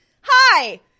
Hi